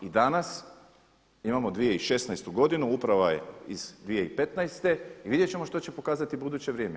I danas imamo 2016. godinu, uprava je iz 2015. i vidjet ćemo što će pokazati buduće vrijeme.